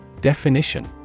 Definition